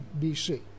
BC